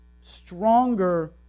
stronger